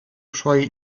suoi